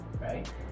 Right